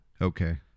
Okay